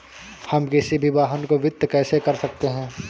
हम किसी भी वाहन को वित्त कैसे कर सकते हैं?